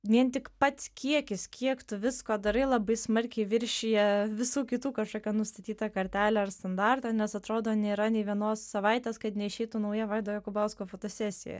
vien tik pats kiekis kiek tu visko darai labai smarkiai viršija visų kitų kažkokią nustatytą kartelę ir standartą nes atrodo nėra nė vienos savaitės kad neišeitų nauja vaido jokubausko fotosesija